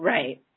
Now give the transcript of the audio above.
Right